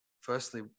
Firstly